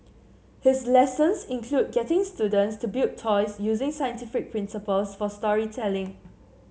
his lessons include getting students to build toys using scientific principles for storytelling